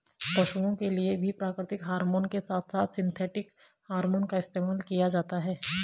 पशुओं के लिए भी प्राकृतिक हॉरमोन के साथ साथ सिंथेटिक हॉरमोन का इस्तेमाल किया जाता है